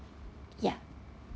ya